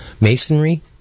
masonry